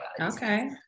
Okay